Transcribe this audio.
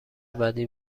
بعدی